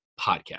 podcast